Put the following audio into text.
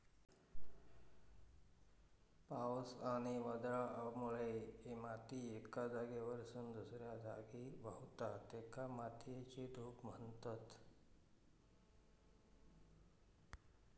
पावस आणि वादळामुळे माती एका जागेवरसून दुसऱ्या जागी व्हावता, तेका मातयेची धूप म्हणतत